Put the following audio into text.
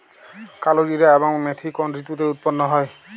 কালোজিরা এবং মেথি কোন ঋতুতে উৎপন্ন হয়?